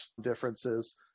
differences